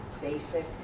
basic